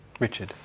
richard.